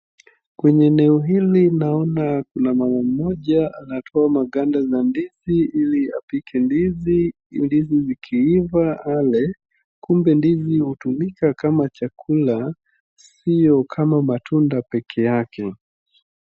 Kwenye eneo hili naona kuna mama mmoja anatoa maganda za ndizi ili apike ndizi, likiiva ale, kumbe ndizi hutumika chakula sio kama matunda pekee yake.